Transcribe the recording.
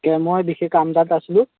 তাকে মই বিশেষ কাম এটাত আছিলোঁ